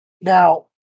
Now